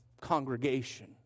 congregation